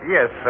Yes